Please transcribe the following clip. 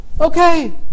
Okay